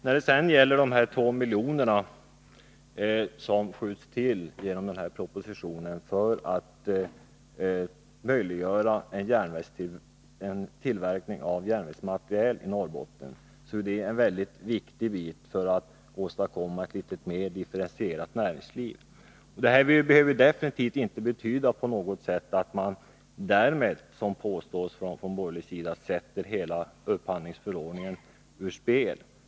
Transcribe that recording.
När det sedan gäller de 2 miljoner som skjuts till genom propositionen för att möjliggöra en tillverkning av järnvägsmateriel i Norrbotten, så är det en väldigt viktig bit för att åstadkomma ett litet mer differentierat näringsliv. Det behöver definitivt inte betyda att man därmed, som påstås från borgerlig sida, sätter hela upphandlingsförordningen ur spel.